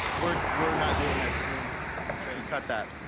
we're we're not doing that scene. we cut that.